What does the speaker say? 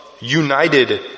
United